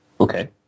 Okay